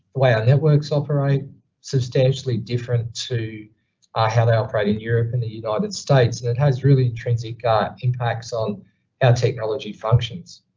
way our networks operate substantially different to ah how they operate in europe and the united states has really intrinsic ah impacts on how technology functions.